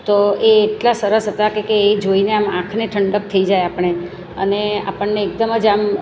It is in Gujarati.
તો એ એટલા સરસ હતા કે કે એ જોઈને આમ આંખને ઠંડક થઈ જાય આપણે અને આપણને એકદમ જ આમ